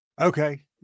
Okay